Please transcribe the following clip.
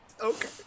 Okay